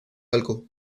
algo